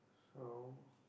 so